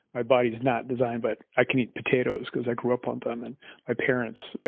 my body is not designed but i can eat potatoes, cause i grew up on them, and my parents. but